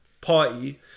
party